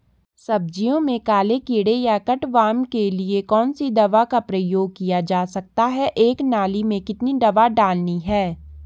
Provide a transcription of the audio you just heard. सब्जियों में काले कीड़े या कट वार्म के लिए कौन सी दवा का प्रयोग किया जा सकता है एक नाली में कितनी दवा डालनी है?